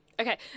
Okay